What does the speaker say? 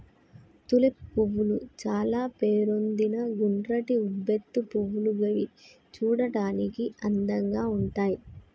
tulip పువ్వులు చాల పేరొందిన గుండ్రటి ఉబ్బెత్తు పువ్వులు గివి చూడడానికి అందంగా ఉంటయ్